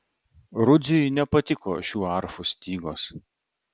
rudziui nepatiko šių arfų stygos